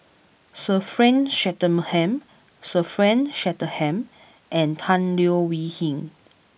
Sir Frank Swettenham Sir Frank Swettenham and Tan Leo Wee Hin